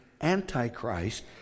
Antichrist